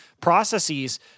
processes –